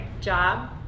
Job